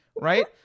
right